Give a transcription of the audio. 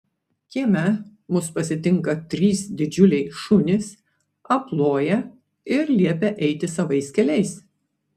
kieme mus pasitinka trys didžiuliai šunys aploja ir liepia eiti savais keliais